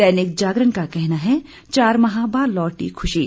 दैनिक जागरण का कहना है चार माह बाद लौटी खुशी